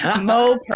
Mo